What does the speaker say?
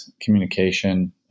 communication